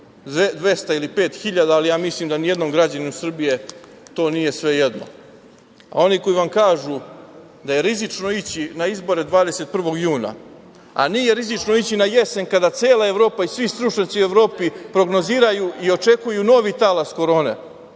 200 ili 5.000, ali ja mislim da nijednom građaninu Srbije to nije svejedno. Oni koji vam kažu da je rizično ići na izbore 21. juna, a nije rizično ići na jesen kada cela Evropa i svi stručnjaci u Evropi prognoziraju i očekuju novi talas Korone,